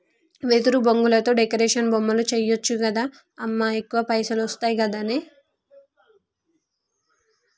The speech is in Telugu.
వెదురు బొంగులతో డెకరేషన్ బొమ్మలు చేయచ్చు గదా అమ్మా ఎక్కువ పైసలొస్తయి గదనే